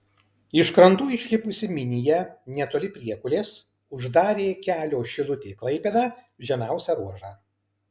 iš krantų išlipusi minija netoli priekulės uždarė kelio šilutė klaipėda žemiausią ruožą